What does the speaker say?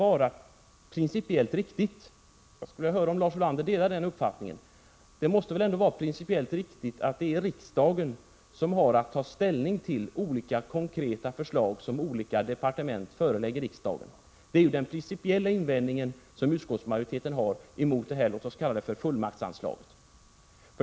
Delar Lars Ulander uppfattningen att det måste vara principiellt riktigt att det är riksdagen som har att ta ställning till olika konkreta förslag som olika departement förelägger riksdagen? Detta är ju den principiella invändning som utskottsmajoriteten har mot detta, låt oss kalla det, fullmaktsanslag.